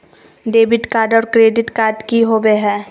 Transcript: Debit card और credit card की होवे हय?